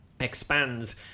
expands